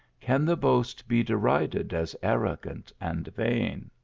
can the boast be derided as arrogant and vain?